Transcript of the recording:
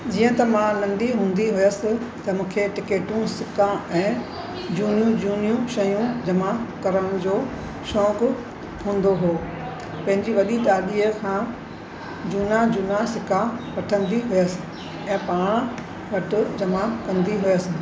जीअं त मां नंढी हूंदी हुयसि त मूंखे टिकेटियूं सिक्का ऐं झूनियूं झूनियूं शयूं जमा करण जो शौंक़ु हूंदो हो पंहिंजी वॾी ॾाॾीअ खां झूना झूना सिक्का वठंदी हुयसि ऐं पाण वटि जमा कंदी हुयसि